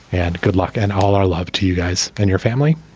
and good luck and all our love to you guys and your family.